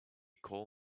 call